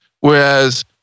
whereas